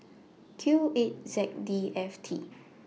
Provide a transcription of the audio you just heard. Q eight Z D F T